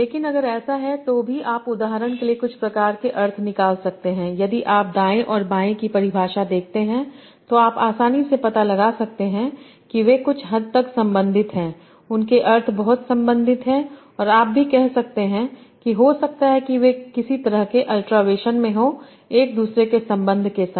लेकिन अगर ऐसा है तो भी आप उदाहरण के लिए कुछ प्रकार के अर्थ निकाल सकते हैं यदि आप दाएँ और बाएँ की परिभाषा देखते हैं तो आप आसानी से पता लगा सकते हैं कि वे कुछ हद तक संबंधित हैं उनके अर्थ बहुत संबंधित हैं और आप भी कह सकते हैं हो सकता है कि वे किसी तरह के अल्ट्रावेशन में हों एक दूसरे के सम्बन्ध के साथ